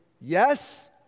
yes